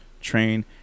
train